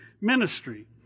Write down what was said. ministry